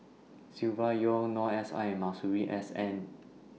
Silvia Yong Noor S I Masuri S N